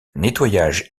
nettoyage